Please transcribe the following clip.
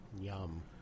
Yum